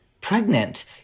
pregnant